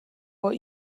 what